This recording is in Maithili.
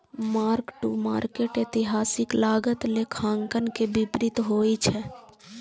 मार्क टू मार्केट एतिहासिक लागत लेखांकन के विपरीत होइ छै